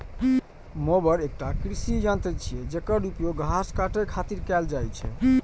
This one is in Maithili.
मोवर एकटा कृषि यंत्र छियै, जेकर उपयोग घास काटै खातिर कैल जाइ छै